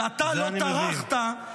-- ואתה לא טרחת לגנות.